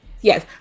Yes